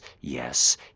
yes